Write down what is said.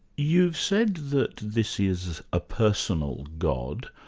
you've said that this is a personal god.